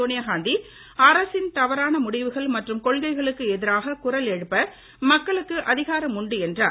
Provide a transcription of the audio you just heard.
சோனியாகாந்தி அரசின் தவறான முடிவுகள் மற்றும் கொள்கைகளுக்கு எதிராக குரல் எழுப்ப மக்களுக்கு அதிகாரம் உண்டு என்றார்